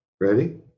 Ready